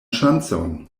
ŝancon